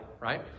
Right